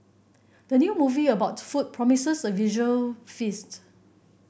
the new movie about food promises a visual feast